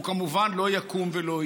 הוא כמובן לא יקום ולא יהיה,